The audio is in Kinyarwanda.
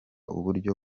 uburyo